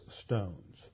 stones